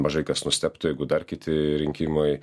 mažai kas nustebtų jeigu dar kiti rinkimai